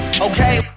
Okay